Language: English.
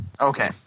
Okay